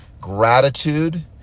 Gratitude